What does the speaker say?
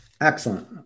excellent